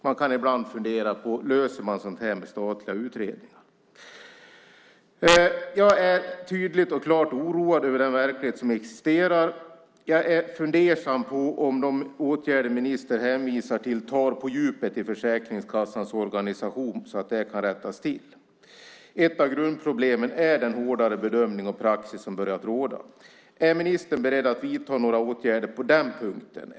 Man kan ibland fundera på om man löser sådant här med statliga utredningar. Jag är tydligt och klart oroad över den verklighet som existerar. Jag är fundersam till om de åtgärder som ministern hänvisar till tar på djupet i Försäkringskassans organisation så att detta kan rättas till. Ett av grundproblemen är den hårdare bedömning och praxis som börjat råda. Är ministern beredd att vidta några åtgärder på den punkten?